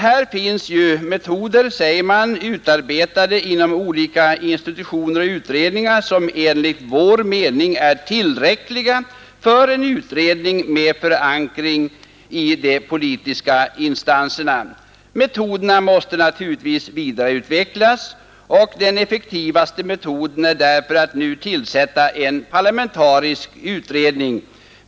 Här finns ju metoder, säger man, utarbetade inom olika institutioner och utredningar, som är tillräckliga för en utredning med förankring i de politiska instanserna. Metoderna måste naturligtvis vidareutvecklas, och det effektivaste sättet är därför att nu tillsätta en parlamentarisk utredning.